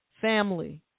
Family